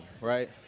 right